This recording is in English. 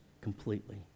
completely